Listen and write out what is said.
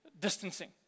distancing